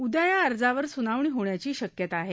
उद्या या अर्जावर सुनावणी होण्याची शक्यता आहे